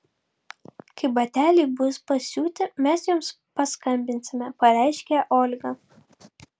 kai bateliai bus pasiūti mes jums paskambinsime pareiškė olga